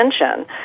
attention